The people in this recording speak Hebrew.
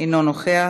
אינו נוכח.